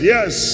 Yes